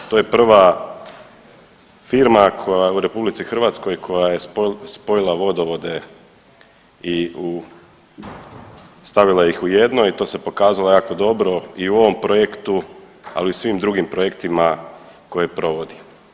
To je prva firma koja u RH, koja je spojila vodovode i u, stavila ih u jedno i to se pokazalo jako dobro i u ovom projektu, ali i u svim drugim projektima koje provodi.